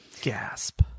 Gasp